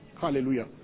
Hallelujah